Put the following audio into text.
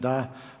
Da.